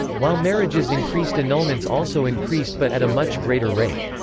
while marriages increased annulments also increased but at a much greater rate.